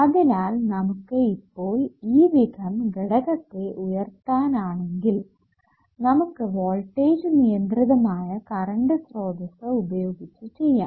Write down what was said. അതിനാൽ നമുക്ക് ഇപ്പോൾ ഈവിധം ഘടകത്തെ ഉയർത്താൻ ആണെങ്കിൽ നമുക്ക് വോൾടേജ് നിയന്ത്രിതമായ കറണ്ട് സ്രോതസ്സ് ഉപയോഗിച്ച് ചെയ്യാം